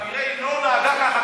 דוד, הערה למה שאמרת.